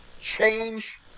change